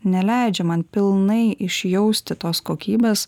neleidžia man pilnai išjausti tos kokybės